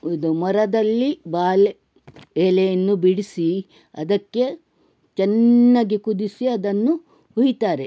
ಇದು ಮೊರದಲ್ಲಿ ಬಾಳೆ ಎಲೆಯನ್ನು ಬಿಡಿಸಿ ಅದಕ್ಕೆ ಚೆನ್ನಾಗಿ ಕುದಿಸಿ ಅದನ್ನು ಹುಯ್ತಾರೆ